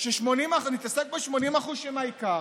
שנתעסק ב-80% שהם העיקר